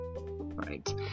Right